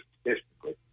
statistically